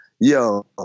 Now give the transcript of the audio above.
Yo